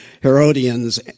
Herodians